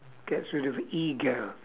gets rid of ego